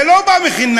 זה לא בא לחינם,